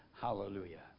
Hallelujah